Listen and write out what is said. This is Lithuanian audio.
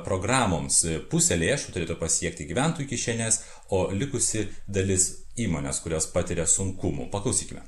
programoms pusė lėšų turėtų pasiekti gyventojų kišenes o likusi dalis įmones kurios patiria sunkumų paklausykime